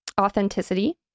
authenticity